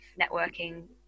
networking